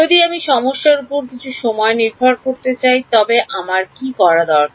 যদি আমি সমস্যার উপর কিছু সময় নির্ভর থাকতে চাই তবে আমার কী করা দরকার